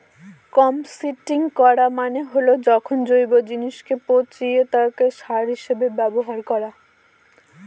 composting করা মানে হল যখন জৈব জিনিসকে পচিয়ে তাকে সার হিসেবে ব্যবহার করা